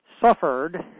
suffered